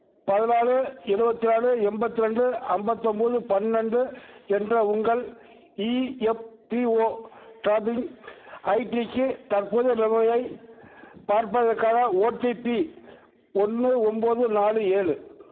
பதினாலு எழுபத்தி நாலு எண்பத்தி ரெண்டு ஐம்பத்தி ஒம்பது பண்ணென்ண்டு என்ற உங்கள் இஎஃப்பிஓ ட்ராக்கிங் ஐடிக்கு தற்போதைய நிலையைப் பார்ப்பதற்கான ஓடிபி ஒன்று ஒம்பது நாலு ஏழு